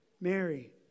Mary